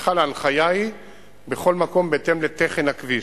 בכלל, ההנחיה היא בכל מקום בהתאם לתכן הכביש.